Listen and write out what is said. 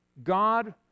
God